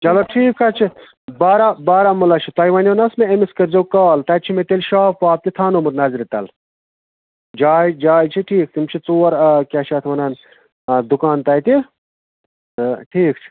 چلو ٹھیٖک حظ چھُ بارہ بارہمولہ چھُ تۄہہِ ؤنِیو نہ حظ مےٚ أمِس کٔرۍ زیٚو کال تَتہِ چھِ مےٚ تیٚلہِ شاپ واپ تہِ تھاونومُت نظرِ تَل جاے جاے چھِ ٹھیٖک تِم چھِ ژور کیٛاہ چھِ اَتھ وَنان دُکان تَتہِ تہٕ ٹھیٖک چھُ